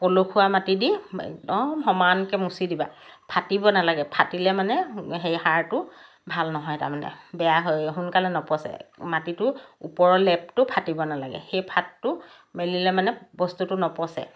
পলসুৱা মাটি দি একদম সমানকৈ মুচি দিবা ফাটিব নালাগে ফাটিলে মানে সেই সাৰটো ভাল নহয় তাৰমানে বেয়া হয় সোনকালে নপচে মাটিটো ওপৰৰ লেপটো ফাটিব নালাগে সেই ফাঁটটো মেলিলে মানে বস্তুটো নপচে